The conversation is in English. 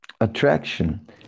attraction